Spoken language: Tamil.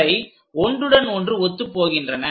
அவை ஒன்றுடன் ஒன்று ஒத்துப் போகின்றன